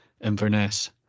Inverness